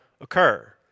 occur